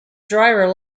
driver